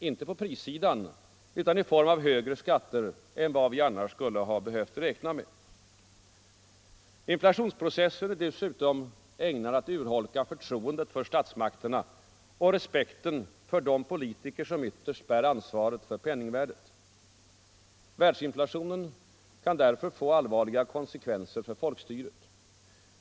Inte på prissidan utan i form av högre skatter än vad vi annars skulle ha behövt räkna med. Inflationsprocessen är dessutom ägnad att urholka förtroendet för statsmakterna och respekten för de politiker som ytterst bär ansvaret för penningvärdet. Världsinflationen kan därför få allvarliga konsekvenser för folkstyret.